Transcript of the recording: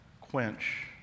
quench